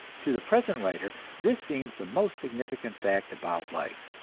to the present writer this seems the most significant fact about life,